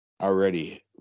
Already